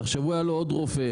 תחשבו היה לו עוד רופא.